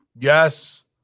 Yes